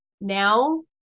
now